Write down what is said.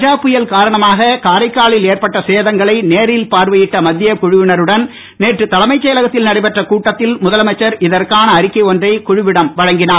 கஜா புயல் காரணமாக காரைக்காலில் ஏற்பட்ட சேதங்களை நேரில் பார்வையிட்ட மத்திய குழுவினருடன் நேற்று தலைமைச் செயலகத்தில் நடைபெற்ற கூட்டத்தில் முதலமைச்சர் இதற்கான அறிக்கை ஒன்றை குழுவிடம் வழங்கினார்